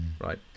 Right